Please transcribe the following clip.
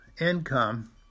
income